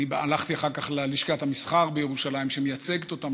הלכתי אחר כך ללשכת המסחר בירושלים שמייצגת אותם